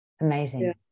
Amazing